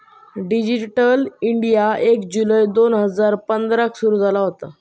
digital India एक जुलै दोन हजार पंधराक सुरू झाला होता